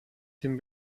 den